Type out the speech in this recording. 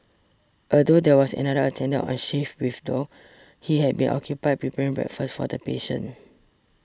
although there was another attendant on shift with Thu he had been occupied preparing breakfast for the patients